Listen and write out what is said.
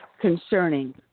concerning